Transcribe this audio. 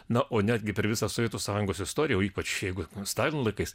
na o netgi per visą sovietų sąjungos istoriją o ypač jeigu stalino laikais